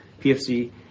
pfc